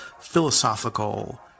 philosophical